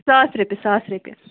ساس رۄپیہِ ساس رۄپیہِ